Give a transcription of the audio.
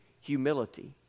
humility